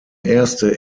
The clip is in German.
erste